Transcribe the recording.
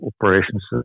operations